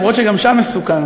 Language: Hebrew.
אף-על-פי שגם שם מסוכן,